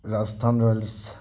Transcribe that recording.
Rajasthan Royals